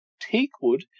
teakwood